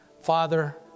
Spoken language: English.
Father